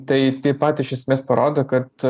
tai taip pat iš esmės parodo kad